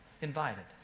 invited